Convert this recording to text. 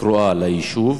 קרואה ליישוב?